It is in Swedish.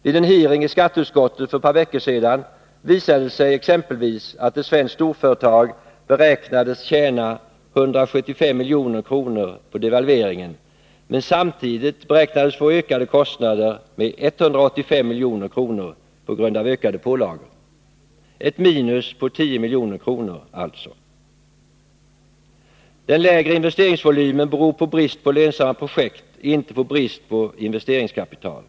Vid en hearing i skatteutskottet för ett par veckor sedan visade det sig exempelvis att ett svenskt storföretag beräknades tjäna 175 milj.kr. på ag devalveringen men samtidigt beräknades få ökade kostnader med 185 milj.kr. på grund av ökade pålagor. Ett minus på 10 milj.kr. alltså. Den lägre investeringsvolymen beror på brist på lönsamma projekt, inte på brist på investeringskapital.